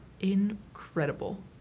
Incredible